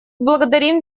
благодарим